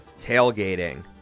tailgating